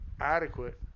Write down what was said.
adequate